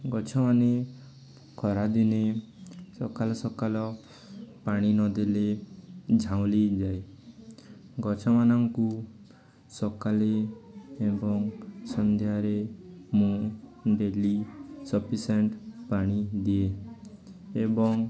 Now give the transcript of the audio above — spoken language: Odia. ଗଛମାନେ ଖରାଦିନେ ସକାଲ ସକାଲ ପାଣି ନଦେଲେ ଝାଉଁଲି ଯାଏ ଗଛମାନଙ୍କୁ ସକାଲେ ଏବଂ ସନ୍ଧ୍ୟାରେ ମୁଁ ଡେଲି ସଫିସେଣ୍ଟ ପାଣି ଦିଏ ଏବଂ